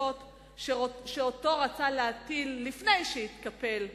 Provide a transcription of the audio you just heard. שאותו רצה להטיל לפני שהתקפל,